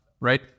right